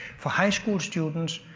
for high school students,